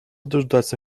дожидаться